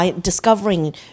discovering